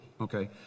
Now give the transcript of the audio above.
okay